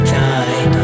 time